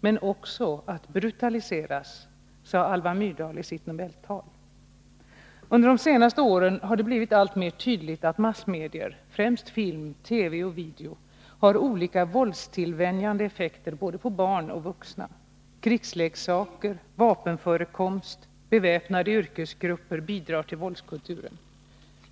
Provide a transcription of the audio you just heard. men också att brutaliseras”, sade Alva Myrdal i sitt Nobeltal. Under de senaste åren har det blivit alltmer tydligt att massmedier — främst film, TV och video — har olika våldstillvänjande effekter på både barn och vuxna. Krigsleksaker, vapenförekomst och beväpnade yrkesgrupper bidrar till våldskulturen.